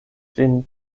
ĝin